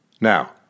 Now